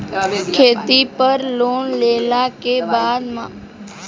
खेती पर लोन लेला के बाद माफ़ होला की ना?